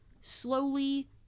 slowly